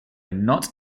not